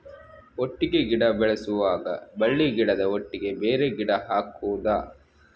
ಒಟ್ಟಿಗೆ ಗಿಡ ಬೆಳೆಸುವಾಗ ಬಳ್ಳಿ ಗಿಡದ ಒಟ್ಟಿಗೆ ಬೇರೆ ಗಿಡ ಹಾಕುದ?